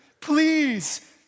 please